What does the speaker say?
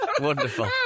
Wonderful